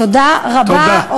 תודה רבה.